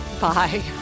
Bye